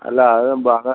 അല്ല അത് പറ